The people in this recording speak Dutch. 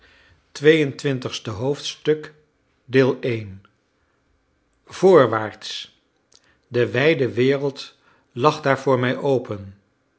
voorwaarts de wijde wereld lag daar voor mij open